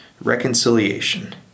reconciliation